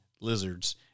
lizards